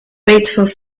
batesville